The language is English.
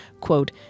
quote